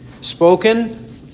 Spoken